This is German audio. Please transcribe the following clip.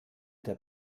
der